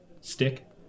stick